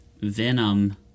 Venom